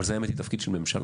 אבל זה, האמת, תפקיד של הממשלה.